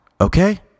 okay